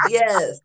yes